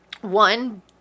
one